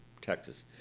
Texas